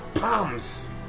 palms